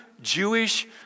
Jewish